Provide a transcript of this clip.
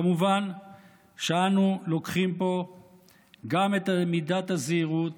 כמובן שאנו לוקחים פה גם את מידת הזהירות